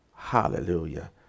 Hallelujah